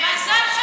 מזל שהישראלים,